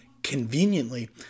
conveniently